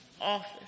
office